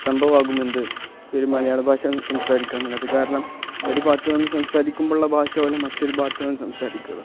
സംഭവമാകും എന്ത് ഇവർ മലയാള ഭാഷ സംസാരിക്കുക എന്നുള്ളത് കാരണം ഒരു ഭാഗത്തു നിന്ന് സംസാരിക്കുമ്പോഴുള്ള ഭാഷ പോലെ മറ്റൊരു ഭാഗത്തു നിന്ന് സംസാരിക്കുന്നത്